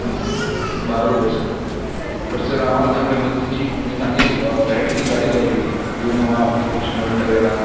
बारा रुपये sir but sir आम्हाला चांगल्या पद्धतीची म्हणजे चांगली व्हॅरायटीची गाडी पाहिजे होती इनोव्हा फॉर्च्युनर टवेरा